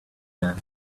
there